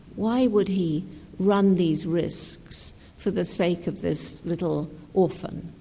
why would he run these risks for the sake of this little orphan?